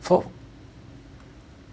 for